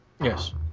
Yes